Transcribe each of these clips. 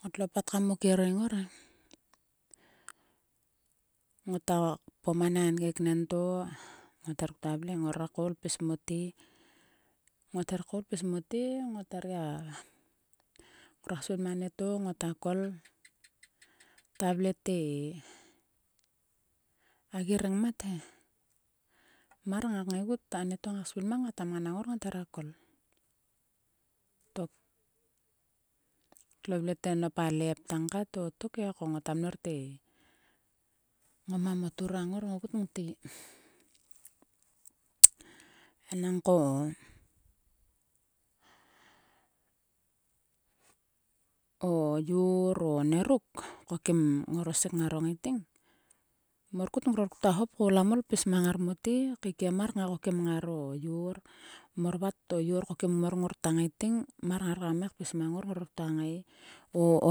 Ngotlo pat kam mo kering ngor e. Ngota kpom ani kaen keknen to ngot her ktua vle he. Ngror koul pis mote. Ngot her koul pis mote ngot her gia. Nguak svil ma nieto ngota kol. Tavle te. a gi rengmat he. Mar ngak ngaigut. anieto ngata svil mang ngat hera kol. Tok. tlo vle te nop a lep tangkat o toke. Ko ngoto mnor te. ngoma mo turang ngor ogut ngte. Enangko o yor o nieruk. ko kim ngorosek ngaro ngaiting. Mor kut ngror klua hop koul kam ol pis mang ngar mote. keikiem mar ngaiko kim ngaro yor. Mor vat o yor ko kim ngua ngaiting mar kam ngai pis mang ngor ngor ktua ngai. o o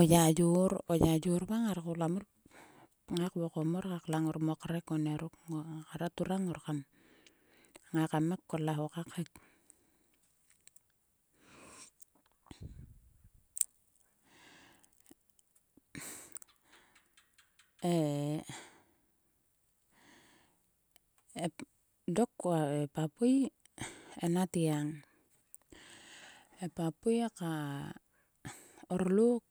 yayor va ngar koul kam ngai kvokom mor ka klang ngor mo krek o nieruk. Ngara turang ngor kam ngai kam ngai kol a ho ka khek. E, dok e papui en a tgiang. E papui ka orlok.